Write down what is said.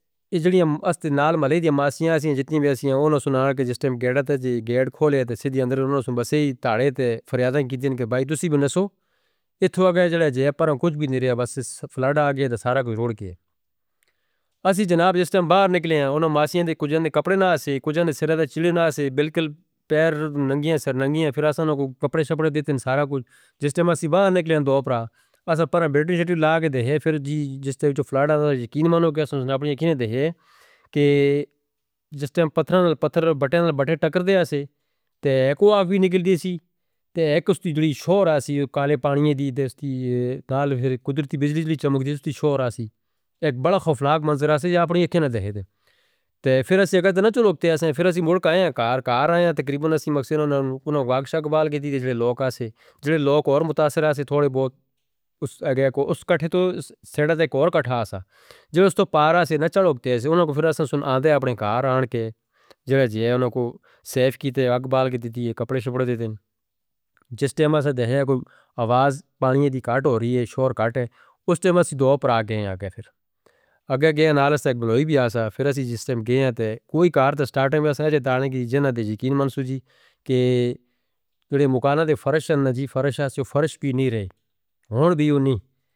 اس وقت ہم اُس دنال ملے تھے ماسیاں سے، جتنی بھی تھے، انہوں نے سنایا کہ جس ٹیم گیڑا تھا، جی گیڑ کھولے تھے، سیدھی اندر انہوں نے بسے تلے تلے فریاداں کیتی تھیں کہ "بھائی تسی بنسو اُتھو آگئے، جڑے جیب پران، کچھ بھی نہیں رہیا، بس فلڈ آگئے تھا سارا، کوئی روڑ کے۔" اس وقت جناب، جس ٹیم باہر نکلے ہیں، انہوں نے ماسیاں دے کچھنے کپڑے نہ آسے، کچھنے سرہ دا چیلہ نہ آسے، بلکل پیر ننگے، سر ننگے۔ پھر اُس نے کپڑے شپرہ دیتے ہیں، سارا کچھ۔ جس ٹیم ہم باہر نکلے ہیں، تو دوپراہ پسہ پران بیٹرن شیڈول آگے دے ہیں۔ پھر جی، جس ٹیم فلڈ آگیا تھا، یقین مانوں کہ اُس وقت کی اکھی نے دے ہیں کہ جس ٹیم پتھر نال پتھر، بٹے نال بٹے ٹکر دے آتے ہیں، تو ایک کو آفیت نہیں کلتی تھی۔ تو ایک اُس دی شور آتی تھی کالے پانی دی، تو اُس دی نال پھر قدرتی بجلی دی چمک دی، اُس دی شور آتی تھی۔ ایک بڑا خفلاغ منظر آتی تھی اپنی اکھی نے دے ہیں۔ پھر اُس نے کہا تھا نا جو لوگ تھے ہیں، پھر ہم موڑ کے آئے ہیں کار کار آئے ہیں، تقریباً ہم مقصدہ نے ان کا واگش اکبال کی تھی جو لوگ آسے۔ جو لوگ اور متاثرہ سے تھوڑے بہت اُس کٹھے تو سرہ دے ایک اور کٹھا تھا۔ جو اُس تو پارہ سے نہ چلک تھے تھے، انہوں نے پھر ہم سناندے ہیں اپنے کار آکے۔ جو جیہاں انہوں نے کو سیف کیتے ہیں، اکبال کی دی تھی، کپڑے شپر دیتے ہیں۔ جس ٹیم ہم نے دیکھا ہے، کوئی آواز پانی دی کارٹ ہو رہی ہے، شور کارٹ ہے۔ اُس ٹیم ہم دوپراہ گئے ہیں، آگئے پھر۔ آگئے گئے ہیں نال اُس ایک بلوئی بھی آسا۔ پھر اُس وقت گئے ہیں تھے کوئی کار تو سٹارٹ ایمیا سے ہیں، جی دڑا نے کی جینا تے یقین مانسو جی کہ مکانا دے فرش ہیں نا جی، فرش آسو، فرش پی نہیں رہے۔ ہون دی ہونی۔